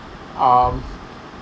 um